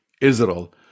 Israel